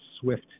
swift